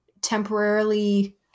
temporarily